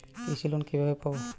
কৃষি লোন কিভাবে পাব?